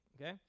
okay